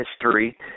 history